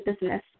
business